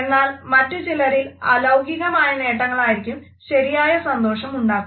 എന്നാൽ മറ്റു ചിലരിൽ അലൌകികമായ നേട്ടങ്ങളായിരിക്കും ശരിയായ സന്തോഷം ഉണ്ടാക്കുക